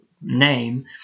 name